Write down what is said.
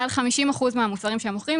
מעל 50 אחוזים מהמוצרים שהם מוכרים,